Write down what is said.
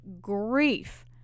grief